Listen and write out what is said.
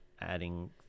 adding